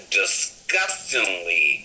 disgustingly